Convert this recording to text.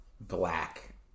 black